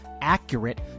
accurate